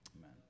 Amen